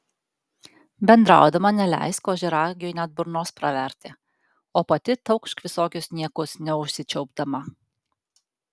bendraudama neleisk ožiaragiui net burnos praverti o pati taukšk visokius niekus neužsičiaupdama